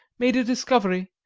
made a discovery.